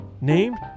named